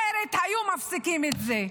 אחרת היו מפסיקים את זה.